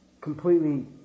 Completely